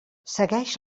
segueix